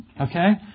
okay